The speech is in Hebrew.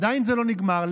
עדיין זה לא נגמר,